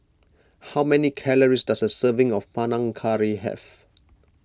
how many calories does a serving of Panang Curry have